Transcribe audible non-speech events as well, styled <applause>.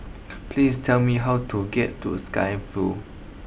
<noise> please tell me how to get to Sky Vue